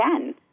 again